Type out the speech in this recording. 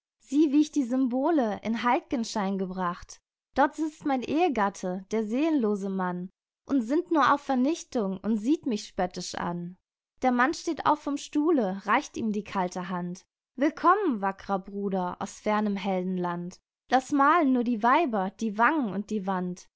sieh wie ich die symbole in heil'genschein gebracht dort sitzt mein ehegatte der seelenlose mann und sinnt nur auf vernichtung und sieht mich spöttisch an der mann steht auf vom stuhle reicht ihm die kalte hand willkommen wackrer bruder aus fernem heldenland laß malen nur die weiber die wangen und die wand